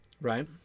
Right